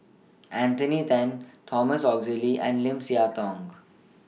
Anthony Then Thomas Oxley and Lim Siah Tong